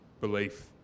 belief